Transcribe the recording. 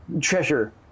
treasure